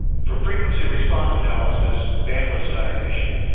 for frequency response analysis, bandwidth not an issue.